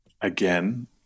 Again